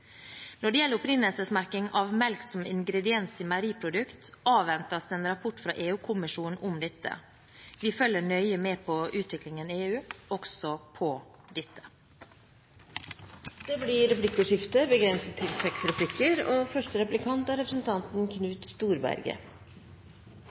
Når det gjelder opprinnelsesmerking av melk som ingrediens i meieriprodukter, avventes det en rapport fra EU-kommisjonen om dette. Vi følger nøye med på utviklingen i EU også på dette. Det blir replikkordskifte. Det ligger an til